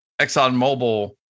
ExxonMobil